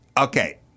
okay